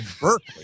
Berkeley